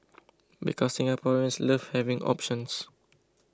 because Singaporeans love having options